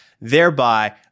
thereby